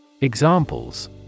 Examples